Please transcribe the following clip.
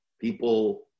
People